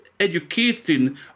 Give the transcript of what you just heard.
educating